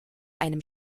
einem